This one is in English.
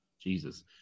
Jesus